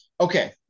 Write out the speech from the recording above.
okay